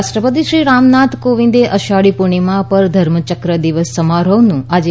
રાષ્ટ્રપતિ શ્રી રામનાથ કોવિંદે અષાઢી પૂર્ણિમા પર ઘર્મચક્ર દિવસ સમારોહનું આજે